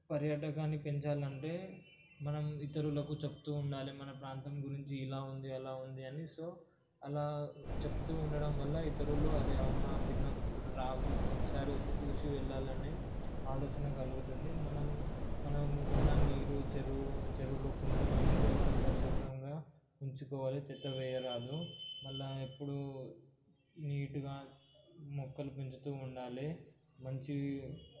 పర్యాటకాన్ని పెంచాలంటే మనం ఇతరులకు చెప్తూ ఉండాలి మన ప్రాంతం గురించి ఇలా ఉంది అలా ఉంది అని సో అలా చెప్తూ ఉండటం వల్ల అరే అవునా ఒకసారి వచ్చి చూసి వెళ్ళాలని ఆలోచన కలుగుతుంది మనం మనం ఉన్న నీరు చెరువు చెరువులు కుంటలు అనేవి ఎప్పుడూ పరిశుభ్రంగా ఉంచుకోవాలి చెత్త వేయరాదు మళ్ళీ ఎప్పుడూ నీటుగా మొక్కలు పెంచుతూ ఉండాలి మంచి